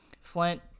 Flint